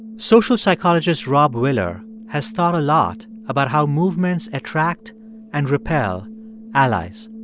social psychologist robb willer has thought a lot about how movements attract and repel allies.